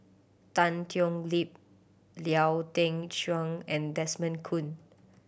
Tan Thoon Lip Lau Teng Chuan and Desmond Kon